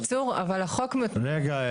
רגע,